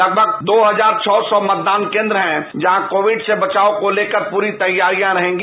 लगभग छब्बीस सौ मतदान केंद्र है जहां कोविड से बचाव को लेकर पूरी तैयारियां रहेंगी